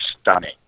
stunning